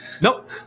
Nope